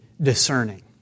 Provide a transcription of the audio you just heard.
discerning